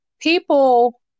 people